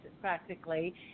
practically